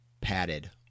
padded